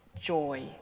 joy